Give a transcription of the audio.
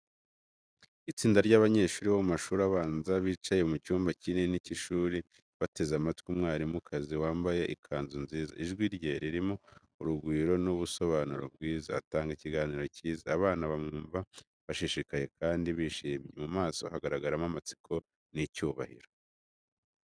Itsinda ry’abanyeshuri bo mu mashuri abanza bicaye mu cyumba kinini cy’ishuri, bateze amatwi umwarimukazi wambaye ikanzu nziza. Ijwi rye ririmo urugwiro n’ubusobanuro bwiza, atanga ikiganiro cyiza. Abana bamwumva bashishikaye kandi bishimye, mu maso hagaragaramo amatsiko n’icyubahiro.